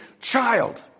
child